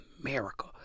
america